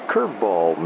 Curveball